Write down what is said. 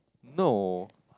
no